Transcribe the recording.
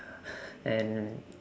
and